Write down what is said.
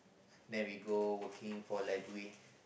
then we go working for library